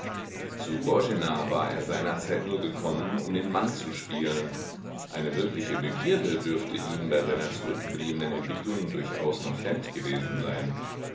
zu boena war er seinerzeit nur gekommen um den mann zu spielen eine wirkliche begierde dürfte ihm bei seiner zurückgebliebenen entwicklung durchaus noch fremd gewesen sein